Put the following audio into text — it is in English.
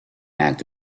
act